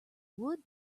would